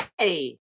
Hey